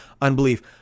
unbelief